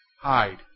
Hide